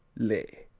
les